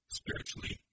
spiritually